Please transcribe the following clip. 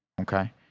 okay